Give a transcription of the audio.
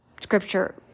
scripture